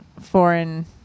foreign